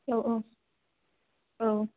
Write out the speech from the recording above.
औ औ औ